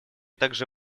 также